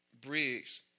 Briggs